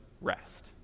rest